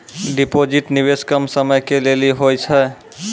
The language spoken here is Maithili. डिपॉजिट निवेश कम समय के लेली होय छै?